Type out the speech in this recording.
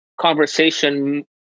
conversation